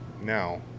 now